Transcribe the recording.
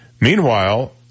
Meanwhile